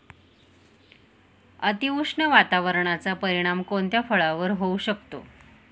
अतिउष्ण वातावरणाचा परिणाम कोणत्या फळावर होऊ शकतो?